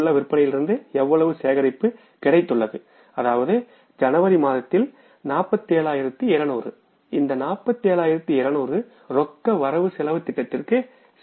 இங்குள்ள விற்பனையிலிருந்து எவ்வளவு சேகரிப்பு கிடைத்துள்ளது அதாவது ஜனவரி மாதத்தில் 47200 இந்த 47200 ரொக்க திட்ட பட்டியலுக்கு செல்லும்